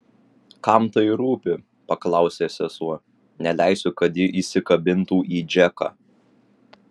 kam tai rūpi paklausė sesuo neleisiu kad ji įsikabintų į džeką